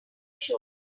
shoot